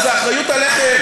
אז האחריות עליכם.